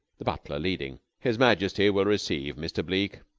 the butler leading. his majesty will receive mr. bleke.